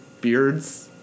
beards